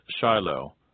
Shiloh